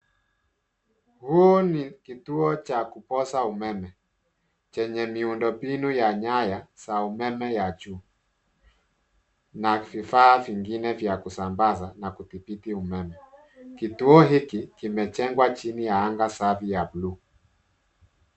Huu ni kituo cha kupoza umeme chenye miundombinu ya nyaya za umeme ya juu na vifaa vingine vya kusambaza na kudhibiti umeme. Kituo hiki kimejengwa chini ya anga safi ya bluu.